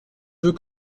veux